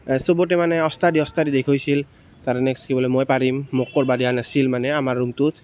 সবতে মানে উস্তাদি উস্তাদি দেখইছিল তাৰ নেক্সট কি বোলে মই পাৰিম মোক কৰিব দিয়া নাছিল মানে আমাৰ ৰুমটোত